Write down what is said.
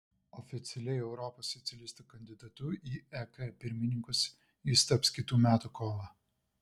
oficialiai europos socialistų kandidatu į ek pirmininkus jis taps kitų metų kovą